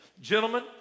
Gentlemen